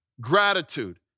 gratitude